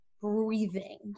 breathing